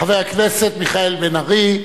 חבר הכנסת מיכאל בן-ארי,